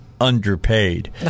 underpaid